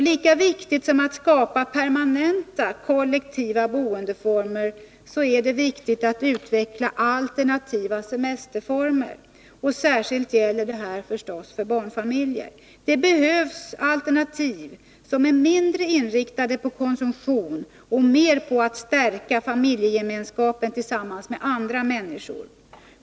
Lika viktigt som det är att skapa permanenta kollektiva boendeformer är det att utveckla alternativa semesterformer. Särskilt gäller detta för barnfamiljer. Det behövs alternativ, som är mindre inriktade på konsumtion och mer på att stärka familjegemenskapen tillsammans med andra människor.